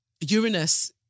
Uranus